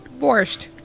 borscht